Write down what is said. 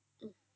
mm